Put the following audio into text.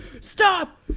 stop